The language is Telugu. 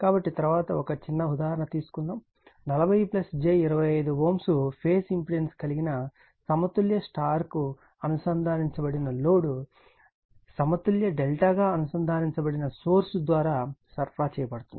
కాబట్టి తరువాత ఒక చిన్న ఉదాహరణ తీసుకుందాం 40 j25 Ω ఫేజ్ ఇంపెడెన్స్ కలిగిన సమతుల్య Y గా అనుసందానించబడిన లోడ్ సమతుల్య Δ గా అనుసందానించబడిన సోర్స్ ద్వారా సరఫరా చేయబడుతుంది